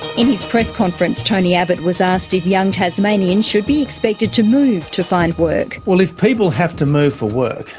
in his press conference tony abbott was asked if young tasmanians should be expected to move to find work. well, if people have to move for work,